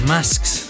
Masks